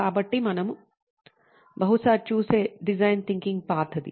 కాబట్టి మనం బహుశా చూసే డిజైన్ థింకింగ్ పాతది